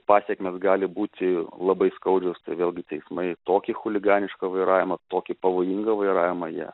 pasekmės gali būti labai skaudžios tai vėlgi teismai tokį chuliganišką vairavimą tokį pavojingą vairavimą jie